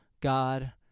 God